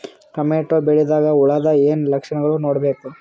Tomato ಬೆಳಿದಾಗ್ ಹುಳದ ಏನ್ ಲಕ್ಷಣಗಳು ನೋಡ್ಬೇಕು?